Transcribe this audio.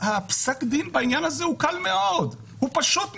פסק הדין בעניין הזה הוא קל מאוד, הוא פשוט מאוד.